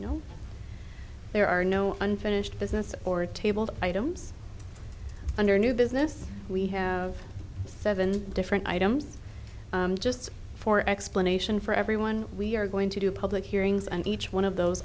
know there are no unfinished business or tabled items under new business we have seven different items just for explanation for everyone we are going to do public hearings and each one of those